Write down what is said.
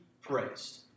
praised